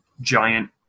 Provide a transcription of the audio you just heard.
giant